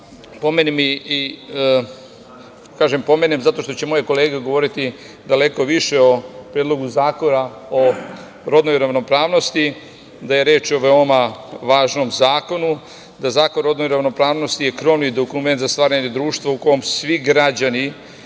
pomenem, kažem pomenem, zato što će moje kolege govoriti daleko više o Predlogu zakona o rodnoj ravnopravnosti, da je reč veoma važnom zakonu. Zakon o rodnoj ravnopravnosti je krovni dokument za stvaranje društva u kom svi građani